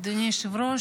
אדוני היושב-ראש,